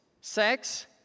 sex